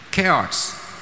Chaos